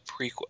prequel